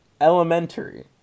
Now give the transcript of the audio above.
Elementary